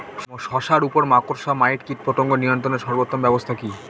শশার উপর মাকড়সা মাইট কীটপতঙ্গ নিয়ন্ত্রণের সর্বোত্তম ব্যবস্থা কি?